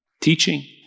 teaching